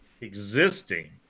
existing